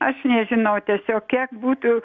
aš nežinau tiesiog kiek būtų